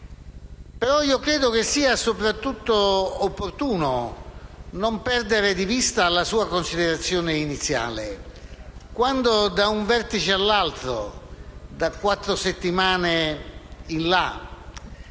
però, che sia soprattutto opportuno non perdere di vista la sua considerazione iniziale. Quando da un vertice all'altro, da quattro settimane in là,